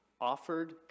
offered